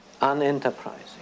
unenterprising